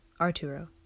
Arturo